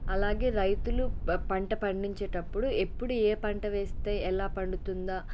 అలాగే రైతులు ప పంట పండించేటప్పుడు ఎప్పుడు ఏ పంట వేస్తే ఎలా పండుతుందా